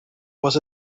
was